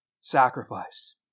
sacrifice